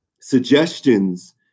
suggestions